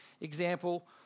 example